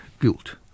Guilt